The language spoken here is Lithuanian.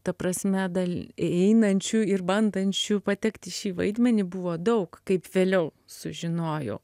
ta prasme dal įeinančių ir bandančių patekt į šį vaidmenį buvo daug kaip vėliau sužinojau